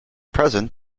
present